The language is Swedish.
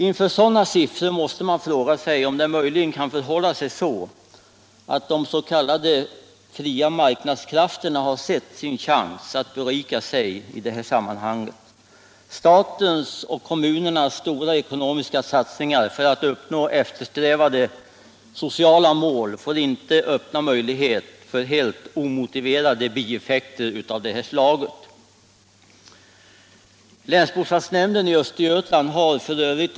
Inför sådana siffror måste man fråga sig om det möjligen kan förhålla sig så, att de s.k. fria marknadskrafterna har sett sin chans att berika sig i detta sammanhang. Statens och kommunernas stora ekonomiska satsningar för att uppnå eftersträvade sociala mål får inte öppna möjlighet för helt omotiverade bieffekter av detta slag. Länsbostadsnämnden i Östergötland har f.ö.